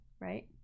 right